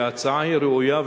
שההצעה היא ראויה,